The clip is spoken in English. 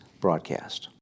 broadcast